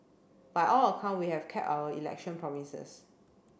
by all account we have kept our election promises